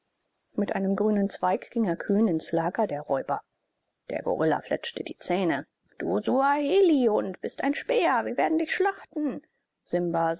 mit einem grünen zweig ging er kühn ins lager der räuber der gorilla fletschte die zähne du suahelihund bist ein späher wir werden dich schlachten simba